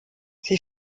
sie